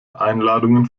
einladungen